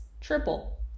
triple